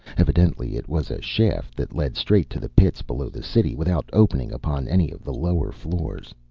evidently it was a shaft that led straight to the pits below the city, without opening upon any of the lower floors.